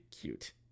Cute